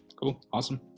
cool, awesome.